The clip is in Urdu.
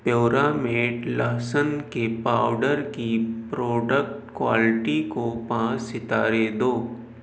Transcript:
پیورامیٹ لہسن کے پاؤڈر کی پروڈکٹ کوالیٹی کو پانچ ستارے دو